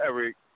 Eric